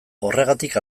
horregatik